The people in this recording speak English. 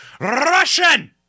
Russian